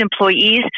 employees